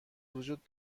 وجود